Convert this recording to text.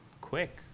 quick